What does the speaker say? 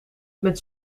met